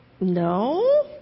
no